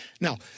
Now